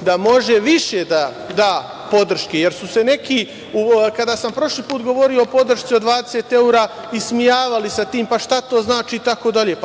da može više da da podrške, jer su se neki kada sam prošli put govorio o podršci od 20 evra ismejavali sa tim - pa šta to znači?